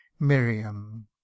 Miriam